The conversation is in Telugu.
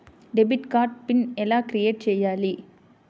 డెబిట్ కార్డు పిన్ ఎలా క్రిఏట్ చెయ్యాలి?